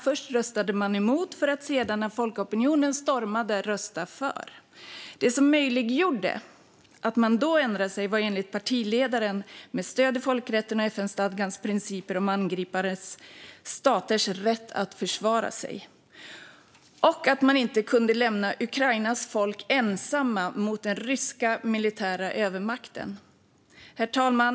Först röstade man emot det för att sedan, när folkopinionen stormade, rösta för. Det som möjliggjorde att man då ändrade sig var enligt partiledaren det stöd man fann i folkrätten och FN-stadgans principer om angripna staters rätt att försvara sig samt att man inte heller tyckte att man kunde lämna Ukrainas folk ensamma mot den ryska militära övermakten. Herr talman!